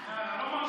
מה הולך להיות?